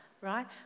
right